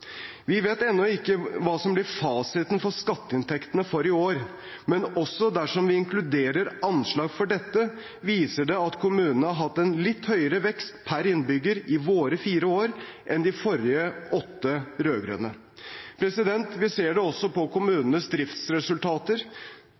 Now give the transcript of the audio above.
Vi vet ennå ikke hva som blir fasiten for skatteinntektene for i år, men også dersom vi inkluderer anslag for dette, viser det at kommunene har hatt en litt høyere vekst per innbygger i våre fire år enn i de forrige åtte rød-grønne. Vi ser det også på